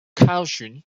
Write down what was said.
caution